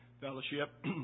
fellowship